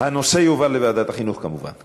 הנושא יועבר לוועדת החינוך, כמובן.